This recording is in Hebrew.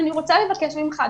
ואני רוצה לבקש ממך,